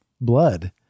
blood